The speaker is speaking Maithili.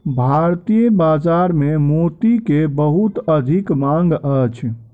भारतीय बाजार में मोती के बहुत अधिक मांग अछि